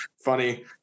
funny